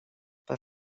per